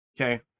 Okay